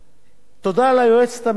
תודה ליועצת המשפטית